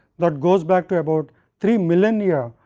that goes back to about three millennia,